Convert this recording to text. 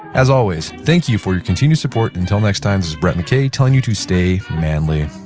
as always, thank you for your continued support, until next time this brett mckay telling you to stay manly